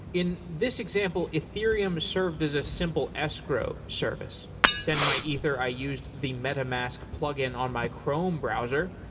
in this example, ethereum served as a simple escrow service. to send my ether, i used the metamask plugin on my chrome browser.